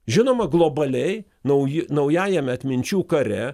žinoma globaliai nauji naujajame atminčių kare